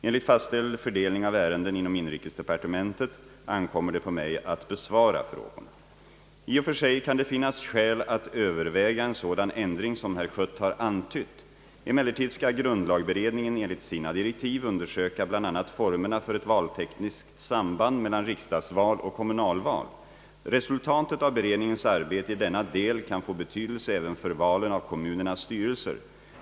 Enligt fastställd fördelning av ärenden inom inrikesdepartementet ankommer det på mig att besvara frågorna. I och för sig kan det finnas skäl att överväga en sådan ändring som herr Schött har antytt. Emellertid skall grundlagberedningen enligt sina direktiv undersöka bl.a. formerna för ett valtekniskt samband mellan riksdagsval och kommunalval. Resultatet av beredningens arbete i denna del kan få betydelse även för valen av kommunernas styrelser.